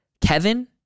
Kevin